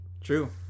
True